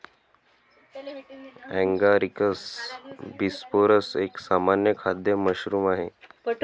Agaricus bisporus एक सामान्य खाद्य मशरूम आहे